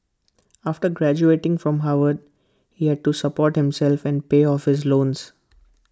after graduating from Harvard he had to support himself and pay off his loans